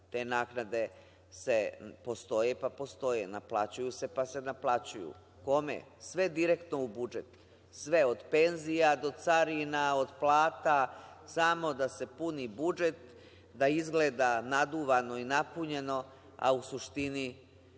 Te naknade postoje pa postoje, naplaćuju se pa se naplaćuju. Kome? Sve direktno u budžet? Sve, od penzija do carina, od plata, samo da se puni budžet, da izgleda naduvano i napunjeno a u suštini nikakve